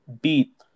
beat